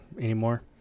anymore